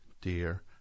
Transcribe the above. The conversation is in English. dear